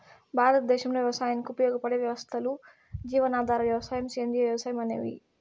భారతదేశంలో వ్యవసాయానికి ఉపయోగపడే వ్యవస్థలు జీవనాధార వ్యవసాయం, సేంద్రీయ వ్యవసాయం అనేవి